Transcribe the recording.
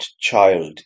child